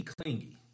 clingy